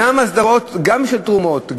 גם של תרומות,